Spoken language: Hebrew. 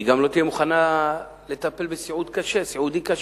היא גם לא תהיה מוכנה לטפל בסיעודי קשה.